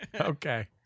Okay